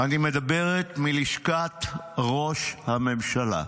אני מדברת מלשכת ראש הממשלה.